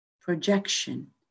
projection